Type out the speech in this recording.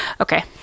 okay